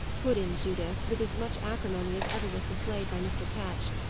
put in judith, with as much acrimony as ever was displayed by mr. ketch,